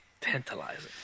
tantalizing